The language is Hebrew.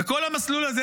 וכל המסלול הזה,